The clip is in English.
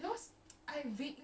drama